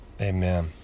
Amen